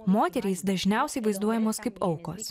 moterys dažniausiai vaizduojamos kaip aukos